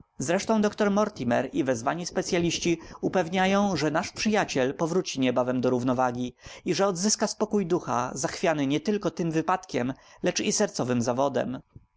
zresztą doktor mortimer i wezwani specyaliści upewniają że nasz przyjaciel powróci niebawem do równowagi i że odzyska spokój ducha zachwiany nietylko tym wypadkiem lecz i sercowym zawodem